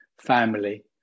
family